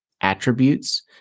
Attributes